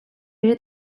bere